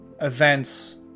events